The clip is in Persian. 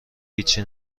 هیچی